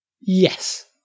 Yes